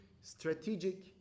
strategic